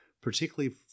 particularly